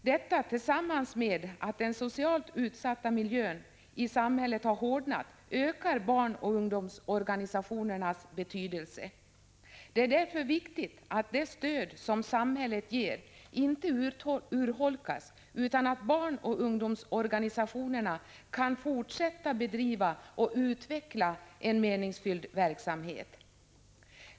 Detta tillsammans med att den socialt utsatta miljön i samhället har hårdnat ökar barnoch ungdomsorganisationernas betydelse. Det är därför viktigt att det stöd som samhället ger inte urholkas utan att barnoch ungdomsorganisationerna kan fortsätta att bedriva och utveckla en meningsfylld verksamhet.